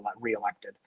reelected